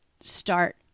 start